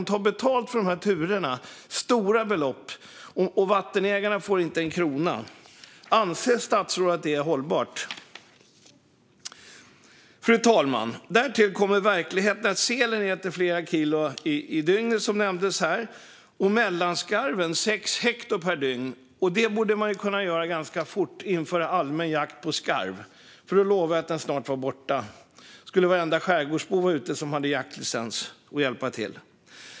De tar dyrt betalt för turerna, men vattenägarna får inte en krona. Anser statsrådet att detta är hållbart? Fru talman! Därtill kommer verkligheten att sälen äter flera kilo per dygn, så som nämndes här, och att mellanskarven äter sex hekto per dygn. Man borde ganska fort kunna införa allmän jakt på skarv. Jag lovar att den snart skulle vara borta, för då skulle varenda skärgårdsbo som har jaktlicens vara ute och hjälpa till.